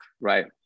Right